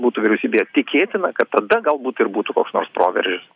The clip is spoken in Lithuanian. būtų vyriausybėje tikėtina kad tada galbūt ir būtų koks nors proveržis